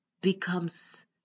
becomes